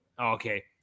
Okay